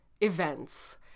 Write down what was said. events